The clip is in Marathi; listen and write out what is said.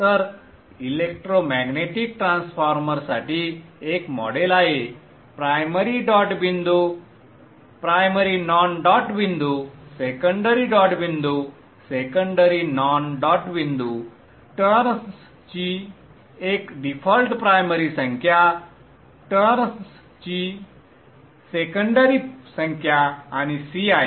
तर इलेक्ट्रोमॅग्नेटिक ट्रान्सफॉर्मरसाठी एक मॉडेल आहे प्रायमरी डॉट बिंदू प्रायमरी नॉन डॉट बिंदू सेकंडरी डॉट बिंदू सेकंडरी नॉन डॉट बिंदू वळणांची एक डीफॉल्ट प्रायमरी संख्या टर्न्सची सेकंडरी संख्या आणि C आहे